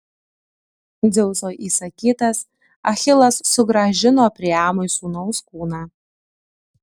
dzeuso įsakytas achilas sugrąžino priamui sūnaus kūną